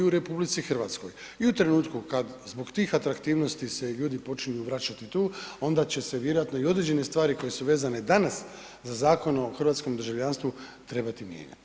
I u trenutku kad zbog tih atraktivnosti se ljudi počnu vraćati tu onda će se vjerojatno i određene stvari koje su vezane danas za Zakon o hrvatskom državljanstvu trebati mijenjati.